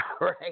right